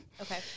Okay